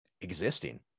existing